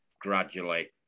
gradually